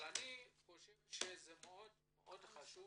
חשוב